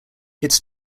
its